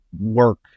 work